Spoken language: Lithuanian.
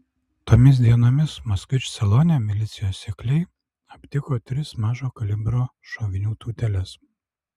tomis dienomis moskvič salone milicijos sekliai aptiko tris mažo kalibro šovinių tūteles